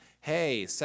Hey